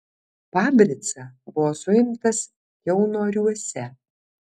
pabrica buvo suimtas kiaunoriuose